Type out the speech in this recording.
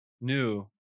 new